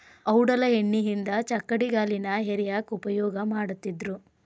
ಔಡಲ ಎಣ್ಣಿಯಿಂದ ಚಕ್ಕಡಿಗಾಲಿನ ಹೇರ್ಯಾಕ್ ಉಪಯೋಗ ಮಾಡತ್ತಿದ್ರು